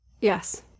Yes